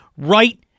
Right